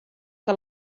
que